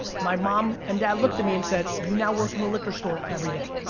my mom and dad looked at me and said, you now work in the liquor store every day.